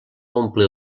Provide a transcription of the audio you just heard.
omplir